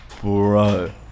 Bro